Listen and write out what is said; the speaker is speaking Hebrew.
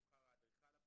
נבחר האדריכל לפרויקט.